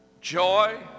joy